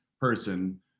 person